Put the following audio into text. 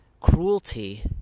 cruelty